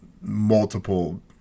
multiple